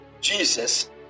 Jesus